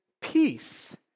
peace